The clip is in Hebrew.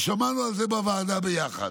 שמענו על זה בוועדה ביחד.